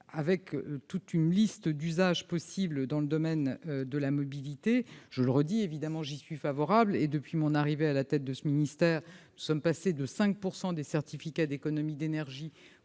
dresse toute une liste d'usages possibles dans le domaine de la mobilité. Je le redis, j'y suis évidemment favorable. D'ailleurs, depuis mon arrivée à la tête de ce ministère, nous sommes passés de 5 % des certificats d'économies d'énergie